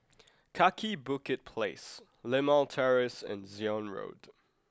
Kaki Bukit Place Limau Terrace and Zion Road